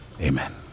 amen